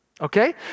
okay